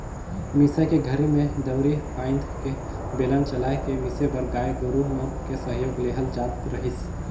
मिसई के घरी में दउंरी फ़ायन्द के बेलन चलाय के मिसे बर गाय गोरु मन के सहयोग लेहल जात रहीस